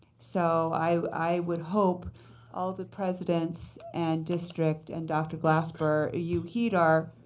so i would hope all the presidents and district and dr. glasper you heed our,